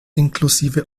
inklusive